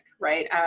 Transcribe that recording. right